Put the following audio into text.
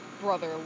brother